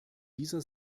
dieser